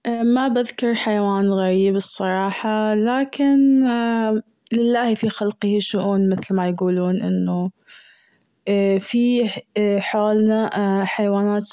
ما بذكر الحيوان الغريب الصراحة، لكن لله في خلقه شؤون مثل ما يقولون. لأنه فيه حالنا حيوانات